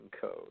code